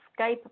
Skype